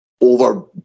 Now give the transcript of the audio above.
over